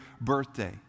birthday